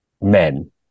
men